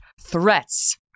threats